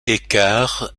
écart